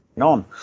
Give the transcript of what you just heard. on